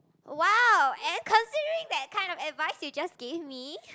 !wow! am considering that kind of advice you just give me